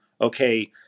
okay